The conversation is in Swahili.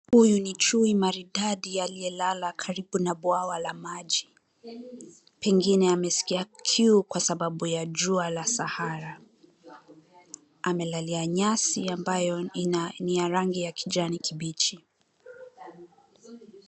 Huyu ni chui maridadi aliyelala karibu na bwawa la maji, pengine amesikia kiu kwa sababu ya jua la sahara . Amelalia nyasi ambayo ni ya rangi ya kijani kibichi.